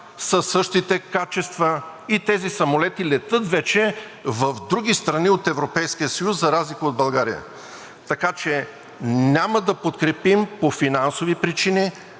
със същите качества и тези самолети летят вече в други страни от Европейския съюз, за разлика от България. Така че няма да подкрепим по финансови причини,